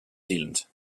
zealand